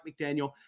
McDaniel